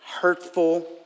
hurtful